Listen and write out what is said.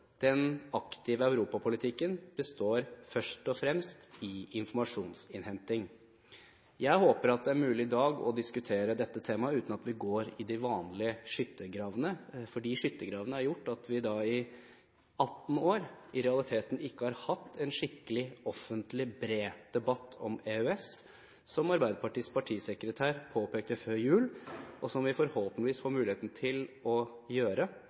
Den aktive europapolitikken består først og fremst i informasjonsinnhenting. Jeg håper at det er mulig i dag å diskutere dette temaet uten at vi går i de vanlige skyttergravene, for de skyttergravene har gjort at vi i 18 år i realiteten ikke har hatt en skikkelig offentlig, bred debatt om EØS, som Arbeiderpartiets partisekretær påpekte før jul, men som vi forhåpentligvis får muligheten til å